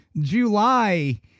July